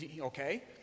okay